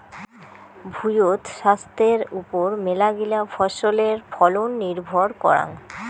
ভুঁইয়ত ছাস্থের ওপর মেলাগিলা ফছলের ফলন নির্ভর করাং